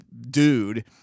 dude